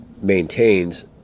maintains